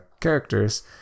characters